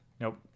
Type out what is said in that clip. Nope